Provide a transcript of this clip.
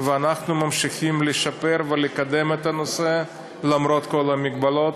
ואנחנו ממשיכים לשפר ולקדם את הנושא למרות כל המגבלות.